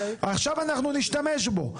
עכשיו אנחנו נשתמש בו.